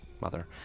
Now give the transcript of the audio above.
mother